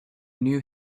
knew